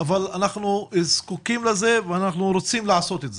אבל אנחנו זקוקים לזה ואנחנו רוצים לעשות את זה.